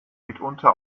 mitunter